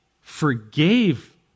forgave